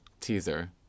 teaser